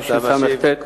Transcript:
התשס"ט,